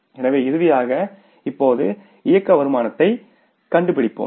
எனவே இறுதியாக இப்போது இயக்க வருமானத்தைக் கண்டுபிடிப்போம்